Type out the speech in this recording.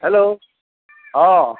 hello অ'